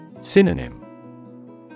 Synonym